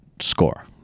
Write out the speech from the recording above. score